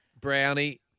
Brownie